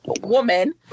woman